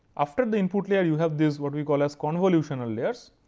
after the input layer, you have these what we call as convolutional layers.